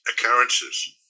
occurrences